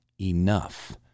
enough